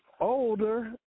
older